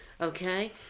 okay